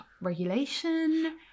regulation